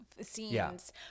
scenes